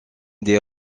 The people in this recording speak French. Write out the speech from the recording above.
des